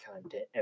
content